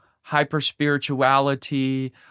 hyper-spirituality